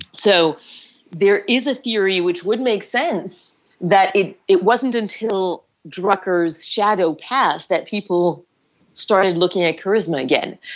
so there is a theory which would make sense that it it wasn't until drucker's shadow pass that people started looking at charisma again.